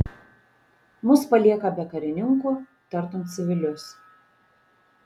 mus palieka be karininkų tartum civilius